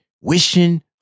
wishing